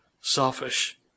selfish